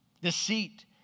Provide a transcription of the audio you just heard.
deceit